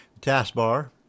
taskbar